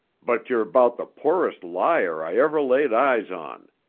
but you're about the poorest liar i ever laid eyes on.